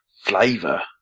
Flavor